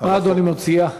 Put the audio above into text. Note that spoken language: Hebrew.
מה אדוני השר מציע?